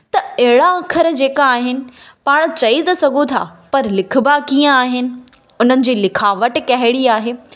त अहिड़ा अखर जेका आहिनि पाण चई त सघूं था पर लिखिबा कीअं आहिनि उन जी लिखावट कहिड़ी आहे